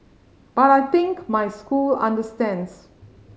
but I think my school understands